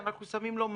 אנחנו שמים לו ממ"ד.